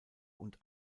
und